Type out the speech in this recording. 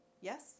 yes